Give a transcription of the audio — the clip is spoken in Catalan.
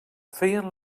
feien